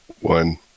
one